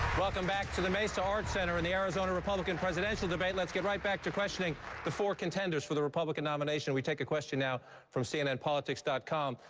welcome back to the mesa arts center and the arizona republican presidential debate. let's get right back to questioning the four contenders for the republican nomination. we take a question now from cnnpolitics com.